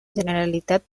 generalitat